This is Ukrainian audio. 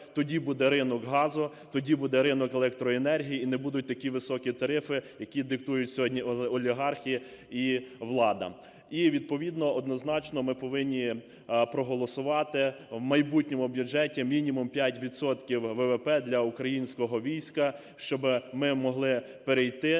Тоді буде ринок газу, тоді буде ринок електроенергії і не будуть такі високі тарифи, які диктують сьогодні олігархи і влада. І відповідно однозначно ми повинні проголосувати в майбутньому бюджеті мінімум 5 відсотків ВВП для українського війська, щоб ми могли перейти